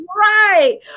Right